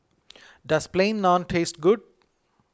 does Plain Naan taste good